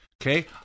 Okay